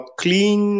clean